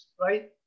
right